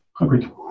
Agreed